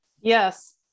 yes